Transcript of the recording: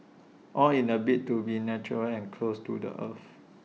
all in A bid to be natural and close to the earth